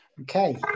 okay